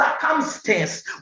circumstance